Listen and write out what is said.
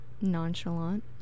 nonchalant